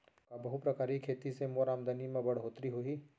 का बहुप्रकारिय खेती से मोर आमदनी म बढ़होत्तरी होही?